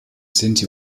sinti